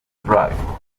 drive